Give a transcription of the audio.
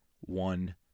one